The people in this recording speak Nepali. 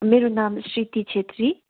मेरो नाम श्रीति छेत्री